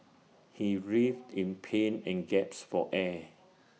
he writhed in pain and gasped for air